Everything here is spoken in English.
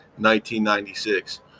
1996